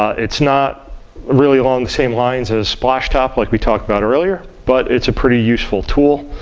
it's not really along the same lines as splashtop like we talked about earlier, but it's a pretty useful tool.